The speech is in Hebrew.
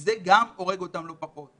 זה גם הורג אותם לא פחות.